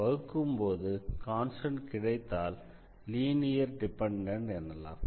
வகுக்கும் போது கான்ஸ்டண்ட் கிடைத்தால் லீனியர் டிபெண்டன்ட் எனலாம்